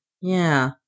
Yeah